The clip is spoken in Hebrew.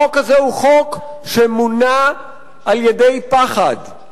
החוק הזה הוא חוק שמונע על-ידי פחד,